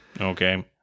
Okay